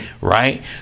Right